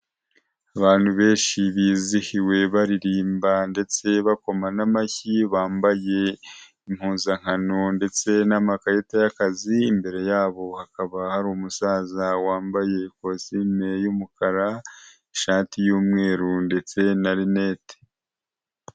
Abantu benshi bizihiwe, baririmba ndetse bakoma n'amashyi, bambaye impuzankano ndetse n'amakarita y'akazi, imbere yabo hakaba hari umusaza wambaye kosime y'umukara, ishati y'umweru, ndetse na rinete.